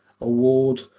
Award